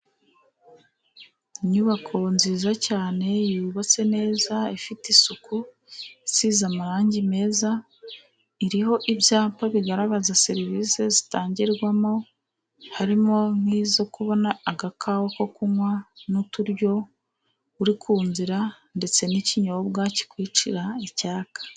Inyubako nziza cyane yubatse neza ifite isuku, isize amarangi meza, iriho ibyapa bigaragaza serivisi zitangirwamo, harimo nk' izo kubona, agakawa ko kunywa n' uturyo uri ku nzira ndetse n' ikinyobwa ki kwicira icyaka.